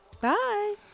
Bye